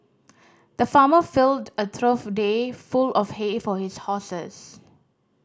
the farmer filled a trough day full of hay for his horses